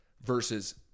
versus